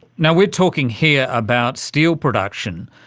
now, we're talking here about steel production,